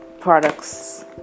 products